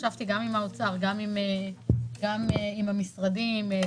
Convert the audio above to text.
ישבתי גם עם האוצר גם עם המשרדים האחרים,